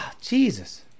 jesus